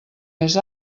més